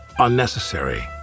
unnecessary